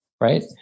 right